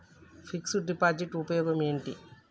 Fix డ్ deposit ఉపయోగం ఏంటి?